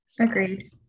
agreed